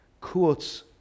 quotes